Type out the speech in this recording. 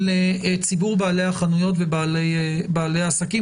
לציבור בעלי החנויות ובעלי העסקים.